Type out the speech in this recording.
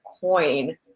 coin